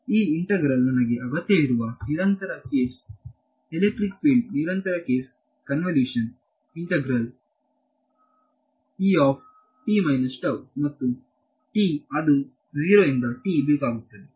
ಮತ್ತು ಈ ಇಂಟೆಗ್ರಾಲ್ ನನಗೆ ಅಗತ್ಯವಿರುವ ನಿರಂತರ ಕೇಸ್ ಎಲೆಕ್ಟ್ರಿಕ್ ಫೀಲ್ಡ್ ನಿರಂತರ ಕೇಸ್ ಕನ್ವಲ್ಯೂಷನ್ ಇಂಟೆಗ್ರಾಲ್ ಮತ್ತು ಅದು 0 ರಿಂದ ಬೇಕಾಗುತ್ತದೆ